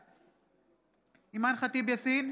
בעד אימאן ח'טיב יאסין,